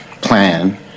plan